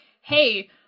hey